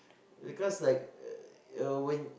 because like uh when